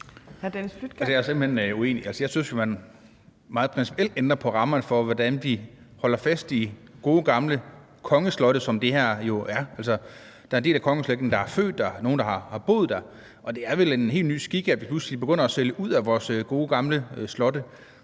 Jeg er simpelt hen uenig. Altså, jeg synes jo, at man meget principielt ændrer på rammerne for, hvordan vi holder fast i gode, gamle kongeslotte, som det her jo er. Der er en del af kongeslægten, der er født der, og der er nogle, der har boet der, og det er vel en helt ny skik, at vi nu begynder at sælge ud af vores gode, gamle slotte.